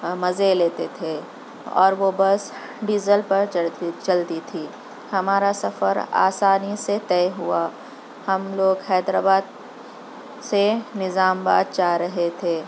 مزے لیتے تھے اور وہ بس ڈیزل پر چڑھتی چلتی تھی ہمارا سفر آسانی سے طے ہُوا ہم لوگ حیدرآباد سے نِظام باد جا رہے تھے